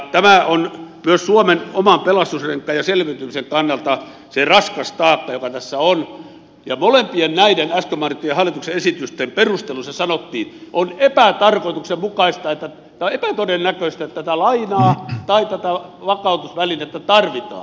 tämä on myös suomen oman pelastusrenkaan ja selviytymisen kannalta se raskas taakka joka tässä on ja molempien näiden äsken mainittujen hallituksen esitysten perusteluissa sanottiin että on epätodennäköistä että tätä lainaa tai tätä vakautusvälinettä tarvitaan